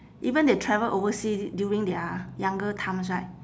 even they travel oversea during their younger times right